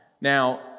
Now